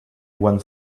one